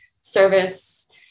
service